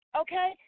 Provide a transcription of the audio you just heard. okay